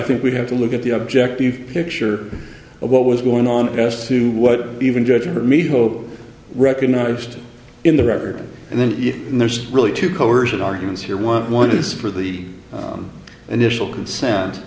think we have to look at the objective picture of what was going on as to what even judge or me hope recognized in the record and then there's really two coercion arguments here want one is for the an initial consent